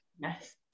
Yes